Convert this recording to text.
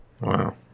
Wow